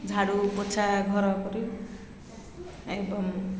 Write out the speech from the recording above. ଝାଡ଼ୁ ପୋଛା ଘର କରି ଏବଂ